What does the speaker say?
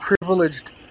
privileged